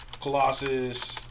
Colossus